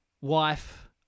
wife